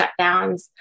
shutdowns